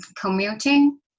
commuting